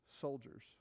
soldiers